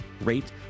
rate